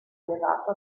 elevato